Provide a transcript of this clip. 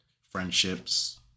friendships